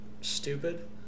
stupid